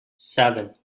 seven